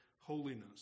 holiness